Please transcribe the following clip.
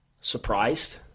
Surprised